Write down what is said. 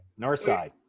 Northside